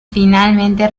finalmente